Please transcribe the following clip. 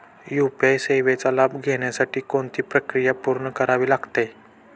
UPI सेवेचा लाभ घेण्यासाठी कोणती प्रक्रिया पूर्ण करावी लागते?